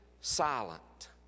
silent